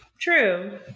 true